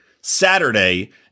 Saturday